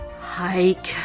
hike